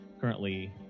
currently